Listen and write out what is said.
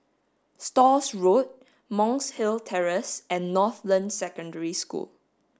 Stores Road Monk's Hill Terrace and Northland Secondary School